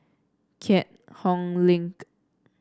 Keat Hong Link